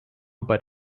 but